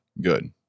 good